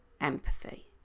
empathy